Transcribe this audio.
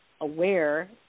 aware